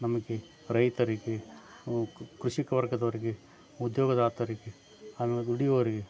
ನಮಗೆ ರೈತರಿಗೆ ಕೃಷಿಕ ವರ್ಗದವರಿಗೆ ಉದ್ಯೋಗದಾತರಿಗೆ ಆಮೇಲೆ ದುಡಿಯುವವರಿಗೆ